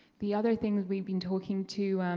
the other things we've been talking to,